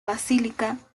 basílica